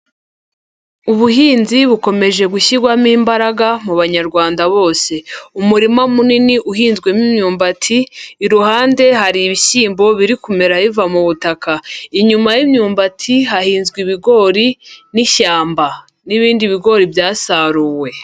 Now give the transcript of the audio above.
Ubuhinzi bukomeje gushyirwamo imbaraga mu banyarwanda bose. Umurima munini uhinzwemo imyumbati, iruhande hari ibishyimbo biri kumera biva mu butaka, inyuma y'imyumbati hahinzwe ibigori n'ishyamba, n'ibindi bigori byasaruwe.